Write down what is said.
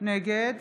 נגד